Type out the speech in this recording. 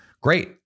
Great